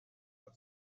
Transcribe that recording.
fall